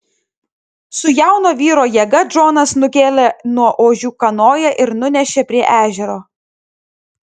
su jauno vyro jėga džonas nukėlė nuo ožių kanoją ir nunešė prie ežero